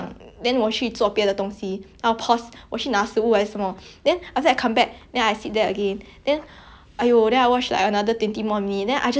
!aiyo! then I watch like another twenty minutes then I just take up my phone and start using it I really I spent a lot of time just to watch a movie like one two hour movie I can spend like six hours watching [one]